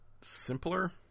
simpler